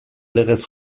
legez